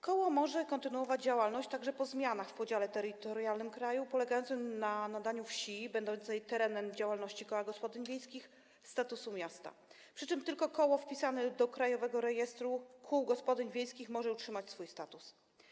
Koło może kontynuować działalność także po zmianach w podziale terytorialnym kraju polegających na nadaniu wsi będącej terenem działalności koła gospodyń wiejskich statusu miasta, przy czym tylko koło wpisane do Krajowego Rejestru Kół Gospodyń Wiejskich może utrzymać swój status.